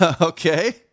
Okay